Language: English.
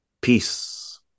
peace